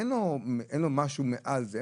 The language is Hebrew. אין לו משהו מעל זה,